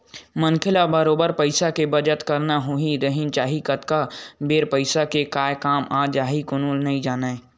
मनखे ल बरोबर पइसा के बचत करत होय रहिना चाही कतका बेर पइसा के काय काम आ जाही कोनो नइ जानय